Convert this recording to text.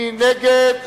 מי נגד?